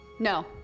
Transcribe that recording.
No